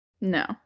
No